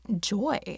joy